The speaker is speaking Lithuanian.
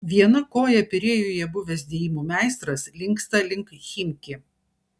viena koja pirėjuje buvęs dėjimų meistras linksta link chimki